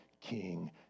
king